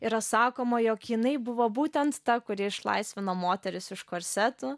yra sakoma jog jinai buvo būtent ta kuri išlaisvino moteris iš korsetų